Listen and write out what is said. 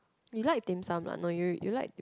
you like dim sum ah no no you like